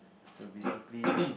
so basically